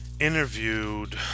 interviewed